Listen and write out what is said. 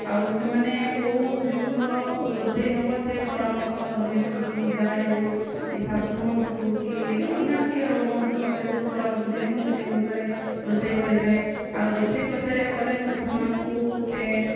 ଆଉ ସେମାନେ କେଉଁ ଜିନିଷ ରୋଷେଇ ହେବ ସେ ପରାମର୍ଶ ମୋ'ର ଯେହେତୁ କି ଯାଆ ହେଉ କି ଶାଶୁ ହୁଅନ୍ତୁ କି ଅନ୍ୟ କିଏ ହୁଅନ୍ତୁ ମୋତେ ଯେଉଁ ପରାମର୍ଶ ଦିଅନ୍ତି ମୁଁ ସେହି ଅନୁସାରେ ରୋଷେଇ କରିଥାଏ ଆଉ ରୋଷେଇ କରିସାରିବା ପରେ ମୁଁ ସେମାନଙ୍କୁ ସେ